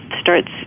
starts